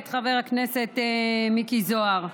חבר הכנסת מיקי זוהר,